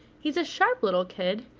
he's a sharp little kid,